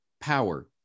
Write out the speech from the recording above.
power